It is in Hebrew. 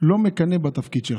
אני לא מקנא בתפקיד שלך,